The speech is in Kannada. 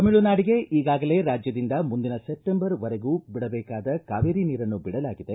ತಮಿಳುನಾಡಿಗೆ ಈಗಾಗಲೇ ರಾಜ್ಯದಿಂದ ಮುಂದಿನ ಸೆಪ್ಟೆಂಬರ್ ವರೆಗೂ ಬಿಡಬೇಕಾದ ಕಾವೇರಿ ನೀರನ್ನು ಬಿಡಲಾಗಿದೆ